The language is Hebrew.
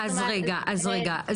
אז רגע,